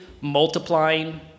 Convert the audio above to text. multiplying